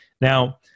Now